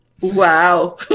wow